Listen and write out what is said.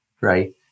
right